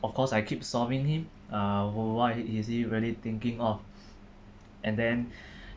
of course I keep solving him uh what is is he really thinking of and then